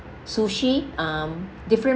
sushi um different